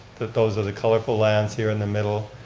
those are the colorful lines here in the middle,